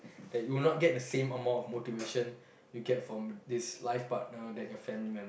that you will not get the same amount of motivation you get from this life partner than your family member